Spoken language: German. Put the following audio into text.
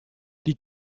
die